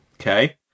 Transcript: Okay